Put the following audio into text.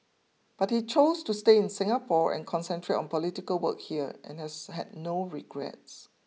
but he chose to stay in Singapore and concentrate on political work here and has had no regrets